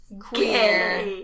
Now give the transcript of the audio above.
queer